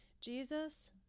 Jesus